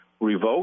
revoked